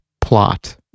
plot